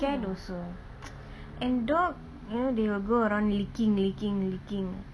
cat also and dog there they will go around licking licking licking